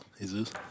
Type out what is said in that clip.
Jesus